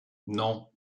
non